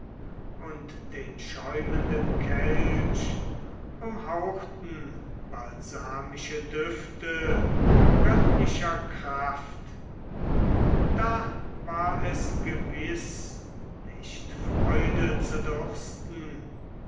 und den schäumenden kelch umhauchten balsamische düfte göttlicher kraft da war es gewiß nicht freude zu